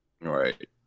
right